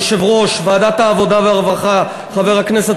יושב-ראש ועדת העבודה והרווחה חבר הכנסת